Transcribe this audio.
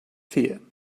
fear